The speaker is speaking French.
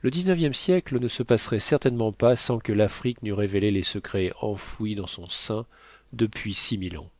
le dix-neuvième siècle ne se passerait certainement pas sans que l'afrique n'eût révélé les secrets enfouis dans son sein depuis six mille ans